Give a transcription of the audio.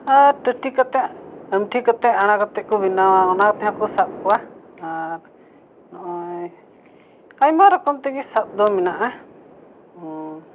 ᱟᱨ ᱴᱩᱴᱤ ᱠᱟᱛᱮᱫ ᱟᱢᱴᱷᱤ ᱠᱟᱛᱮᱫ ᱠᱟᱛᱮᱫ ᱠᱚ ᱵᱮᱱᱣᱟ ᱚᱱᱟ ᱛᱮᱦᱚᱸ ᱠᱚ ᱵᱮᱱᱟᱣᱟ ᱚᱱᱟ ᱛᱮᱦᱚᱸ ᱠᱚ ᱥᱟᱵ ᱠᱚᱣᱟ ᱱᱚᱜᱼᱚᱸᱭ ᱟᱭᱢᱟ ᱨᱚᱠᱚᱢ ᱛᱮᱜᱮ ᱥᱟᱵ ᱫᱚ ᱢᱮᱱᱟᱜᱼᱟ